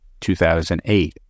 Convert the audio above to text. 2008